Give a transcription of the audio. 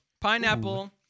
Pineapple